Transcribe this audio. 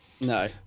no